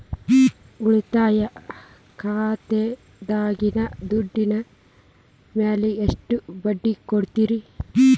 ಉಳಿತಾಯ ಖಾತೆದಾಗಿನ ದುಡ್ಡಿನ ಮ್ಯಾಲೆ ಎಷ್ಟ ಬಡ್ಡಿ ಕೊಡ್ತಿರಿ?